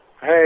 Hey